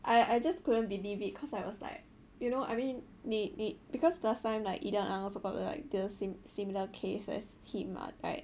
I I just couldn't believe it cause I was like you know I mean 你你 because last time like eden ang also got like the sim~ similar cases as him mah right